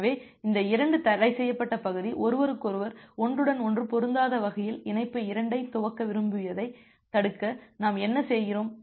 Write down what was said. எனவே இந்த 2 தடைசெய்யப்பட்ட பகுதி ஒருவருக்கொருவர் ஒன்றுடன் ஒன்று பொருந்தாத வகையில் இணைப்பு 2 ஐ துவக்க விரும்புவதைத் தடுக்க நாம் என்ன செய்கிறோம்